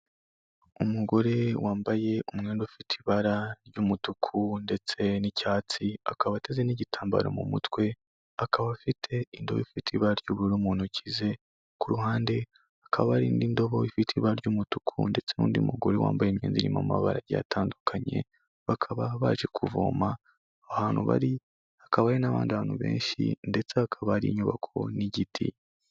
Umugore wambaye umwenda ufite ibara ry'umutuku ndetse n'icyatsi akaba ateze n'igitambaro mu mutwe, akaba afite indobo ifite ibara ry'ubururu mu ntoki ze, ku ruhande akaba ari n'indobo ifite ibara ry'umutuku ndetse n'undi mugore wambaye imyenda irimo amabara agiye atandukanye bakaba baje kuvoma ahantu bari hakaba hari n'abandi bantu benshi ndetse hakaba ari inyubako n'igiti.